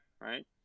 right